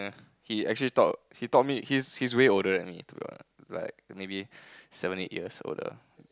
he actually taught he taught me he's he's really older than me to be honest like maybe seven eight years older